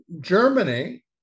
Germany